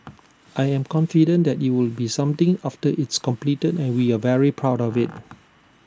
I'm confident that IT will be something after it's completed and we are very proud of IT